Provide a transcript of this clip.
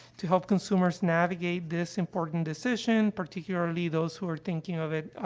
to help consumers navigate this important decision, particularly those who are thinking of it,